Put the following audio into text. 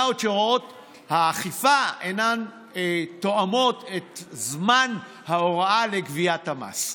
מה עוד שהוראות האכיפה אינן תואמות את זמן ההוראה לגביית המס.